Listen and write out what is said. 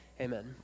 Amen